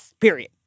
Period